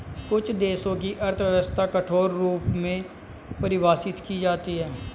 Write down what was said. कुछ देशों की अर्थव्यवस्था कठोर रूप में परिभाषित की जाती हैं